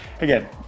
again